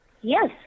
yes